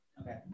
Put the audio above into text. Okay